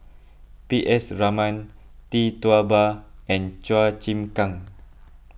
P S Raman Tee Tua Ba and Chua Chim Kang